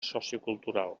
sociocultural